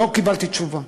לא קיבלתי תשובה.